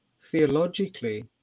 theologically